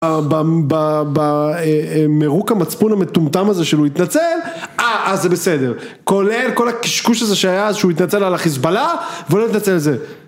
ב... ב... במירוק המצפון המטומטם הזה, שהוא התנצל, אה, אז זה בסדר. כולל כל הקשקוש הזה שהיה, שהוא התנצל על החיזבאללה, והוא לא התנצל על זה